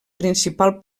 principal